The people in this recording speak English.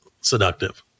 seductive